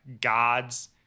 gods